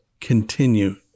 continue